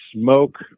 smoke